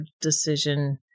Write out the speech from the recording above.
decision